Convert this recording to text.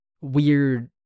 weird